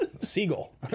seagull